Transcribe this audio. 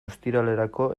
ostiralerako